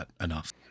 enough